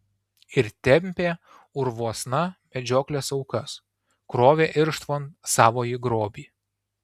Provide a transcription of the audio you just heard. ir tempė urvuosna medžioklės aukas krovė irštvon savąjį grobį